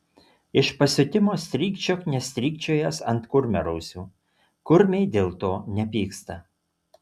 iš pasiutimo strykčiok nestrykčiojęs ant kurmiarausių kurmiai dėl to nepyksta